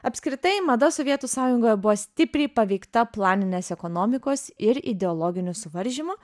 apskritai mada sovietų sąjungoje buvo stipriai paveikta planinės ekonomikos ir ideologinių suvaržymų